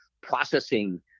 processing